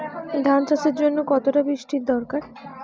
ধান চাষের জন্য কতটা বৃষ্টির দরকার?